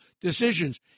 decisions